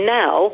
now